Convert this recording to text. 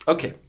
Okay